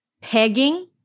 pegging